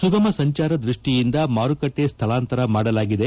ಸುಗಮ ಸಂಚಾರ ದೃಷ್ಟಿಯಿಂದ ಮಾರುಕಟ್ಟೆ ಸ್ಥಳಾಂತರ ಮಾಡಲಾಗಿದೆ